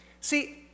See